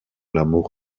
l’amour